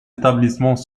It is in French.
établissements